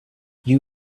you